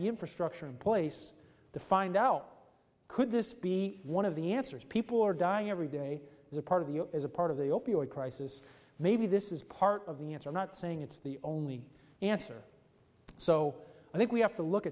the infrastructure in place to find out could this be one of the answers people are dying every day as a part of you as a part of the opioid crisis maybe this is part of the answer not saying it's the only answer so i think we have to look